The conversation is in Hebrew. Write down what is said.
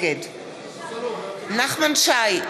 נגד נחמן שי,